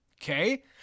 Okay